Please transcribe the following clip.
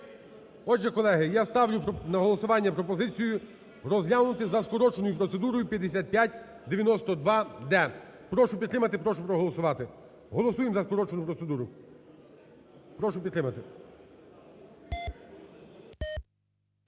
Отже, колеги, я ставлю на голосування пропозицію, розглянути за скороченою процедурою 5592-д. Прошу підтримати, прошу проголосувати. Голосуємо за скорочену процедуру, прошу підтримати.